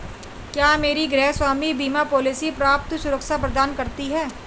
क्या मेरी गृहस्वामी बीमा पॉलिसी पर्याप्त सुरक्षा प्रदान करती है?